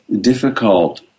difficult